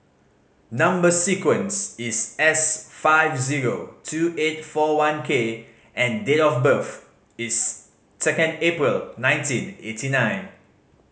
number sequence is S seven five zero two eight four one K and date of birth is second April nineteen eighty nine